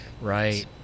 Right